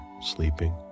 sleeping